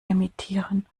emittieren